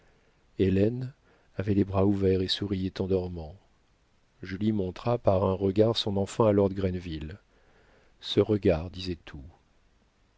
avait les bras ouverts et souriait en dormant julie montra par un regard son enfant à lord grenville ce regard disait tout